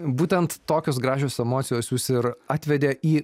būtent tokios gražios emocijos jus ir atvedė į